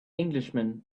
englishman